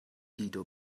guido